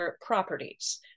properties